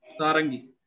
Sarangi